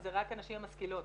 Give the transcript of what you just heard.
וזה רק הנשים המשכילות.